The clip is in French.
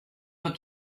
toi